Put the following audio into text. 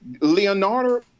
Leonardo